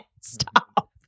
Stop